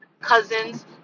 cousins